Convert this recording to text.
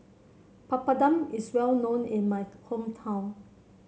papadum is well known in my hometown